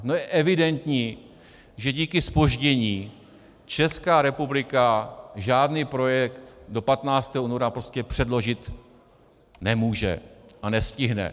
Je evidentní, že díky zpoždění Česká republika žádný projekt do 15. února prostě předložit nemůže a nestihne.